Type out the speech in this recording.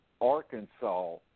Arkansas